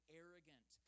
arrogant